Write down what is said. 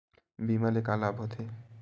बीमा ले का लाभ होथे?